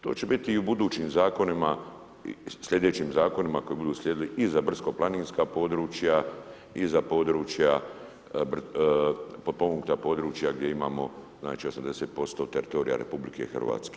To će biti i u budućim zakonima, u slijedećim zakonima koji budu slijedili i za brdsko-planinska područja i za područja, potpomognuta područja gdje imamo znači 80% teritorija RH.